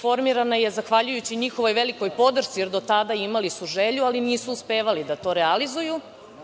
Formirano je zahvaljujući njihovoj velikoj podršci. Do tada su imali veliku želju, ali nisu uspevali da to realizuju.